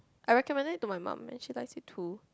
I recommended it to my mum as she likes it to